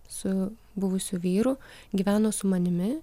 su buvusiu vyru gyveno su manimi